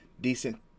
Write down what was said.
decent